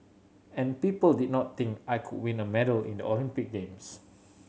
and people did not think I could win a medal in the Olympic games